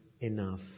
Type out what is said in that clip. enough